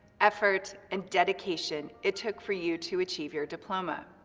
effort and dedication it took for you to achieve your diploma.